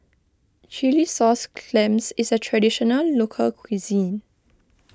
Chilli Sauce Clams is a Traditional Local Cuisine